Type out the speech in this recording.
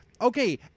okay